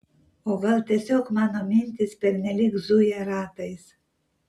o gal tiesiog mano mintys pernelyg zuja ratais